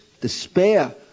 despair